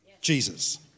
Jesus